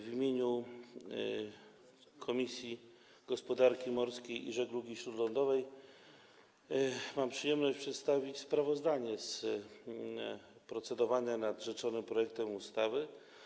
W imieniu Komisji Gospodarki Morskiej i Żeglugi Śródlądowej mam przyjemność przedstawić sprawozdanie z procedowania nad rzeczonym projektem ustawy.